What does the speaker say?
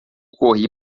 corri